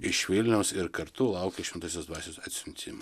iš vilniaus ir kartu laukia šventosios dvasios atsiuntimo